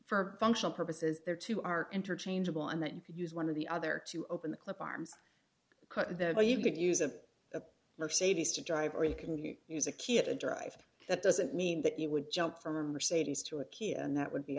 for functional purposes their two are interchangeable and that you could use one of the other to open the clip arms cut the you could use a mercedes to drive or you can use a kit to drive that doesn't mean that it would jump from a mercedes to a kid and that would be